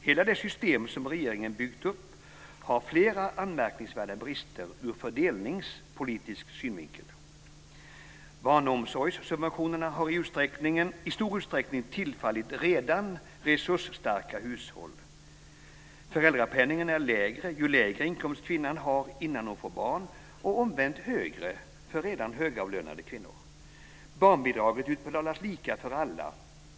Hela det system som regeringen byggt upp har flera anmärkningsvärda brister ur fördelningspolitisk synvinkel. Barnomsorgssubventionerna har i stor utsträckning tillfallit redan resursstarka hushåll. Föräldrapenningen är lägre ju lägre inkomst kvinnan har innan hon får barn, och omvänt högre för redan högavlönade kvinnor. Barnbidraget utbetalas lika för alla.